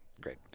Great